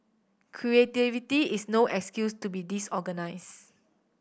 creativity is no excuse to be disorganised